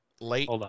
late